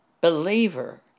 believer